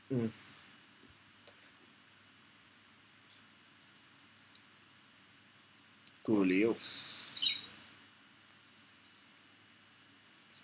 mm